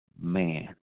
man